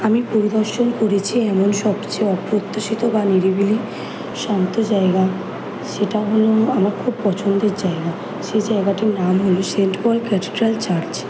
আমি পরিদর্শন করেছি এমন সবচেয়ে অপ্রত্যাশিত বা নিরিবিলি শান্ত জায়গা সেটা হল আমার খুব পছন্দের জায়গা সে জায়গাটার নাম হল সেন্ট পলস ক্যাথিড্রাল চার্চ